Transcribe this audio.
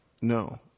No